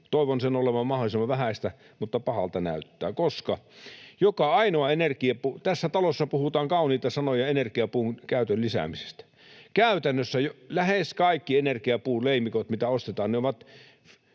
Toivon sen olevan mahdollisimman vähäistä, mutta pahalta näyttää. Tässä talossa puhutaan kauniita sanoja energiapuun käytön lisäämisestä. Käytännössä jo lähes kaikki energiapuut, leimikot, mitä ostetaan, ovat